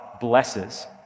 blesses